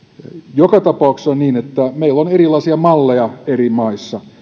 joka tapauksessa on niin että meillä on erilaisia malleja eri maissa